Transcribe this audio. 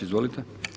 Izvolite.